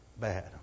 bad